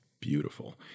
beautiful